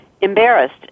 embarrassed